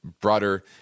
broader